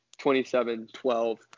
27-12